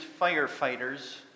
firefighters